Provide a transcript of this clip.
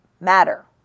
matter